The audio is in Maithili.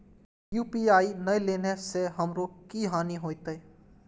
यू.पी.आई ने लेने से हमरो की हानि होते?